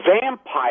vampire